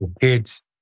kids